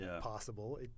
possible